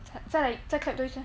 再来再 clap 多一次